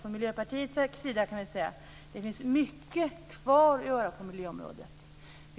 Från Miljöpartiets sida kan vi säga att det finns mycket kvar att göra på miljöområdet.